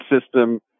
system